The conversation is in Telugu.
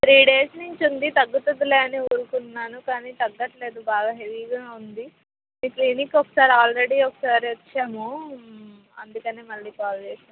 త్రీ డేస్ నుంచి ఉంది తగ్గుతుంది అని ఊరుకున్నాను కానీ తగ్గట్లేదు బాగా హెవీగా ఉంది మీ క్లీనిక్కు ఒకసారి ఆల్రెడీ ఒకసారి వచ్చాము అందుకని మళ్ళీ కాల్ చేసాం